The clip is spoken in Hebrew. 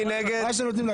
מי נגד?